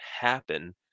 happen